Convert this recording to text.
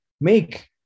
make